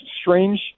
strange